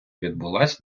відбулася